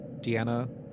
Deanna